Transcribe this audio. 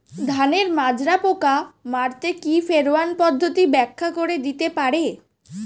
ধানের মাজরা পোকা মারতে কি ফেরোয়ান পদ্ধতি ব্যাখ্যা করে দিতে পারে?